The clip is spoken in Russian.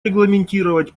регламентировать